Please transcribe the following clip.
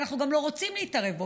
ואנחנו גם לא רוצים להתערב בו,